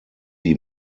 die